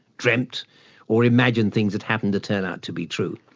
dreamt or imagined things that happened to turn out to be true.